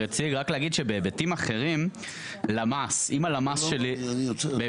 זו הבעיה, אנחנו חיים רק